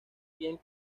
bien